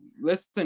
listen